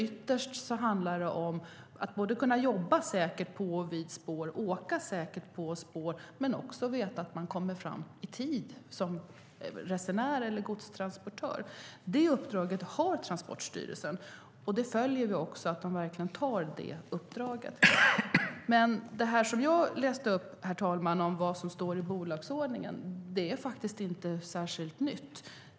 Ytterst handlar det nämligen om att man ska kunna jobba säkert på och vid spår, kunna åka säkert på spår, men också veta att man som resenär eller godstransportör kommer fram i tid. Detta uppdrag har Transportstyrelsen. Vi följer att de verkligen utför detta uppdrag. Det som står i bolagsordningen och som jag läste upp är faktiskt inte särskilt nytt.